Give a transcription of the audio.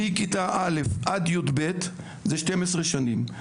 מכיתה א' עד יב' זה 12 שנים,